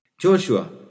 Joshua